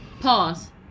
Pause